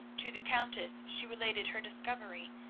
to the countess she related her discovery,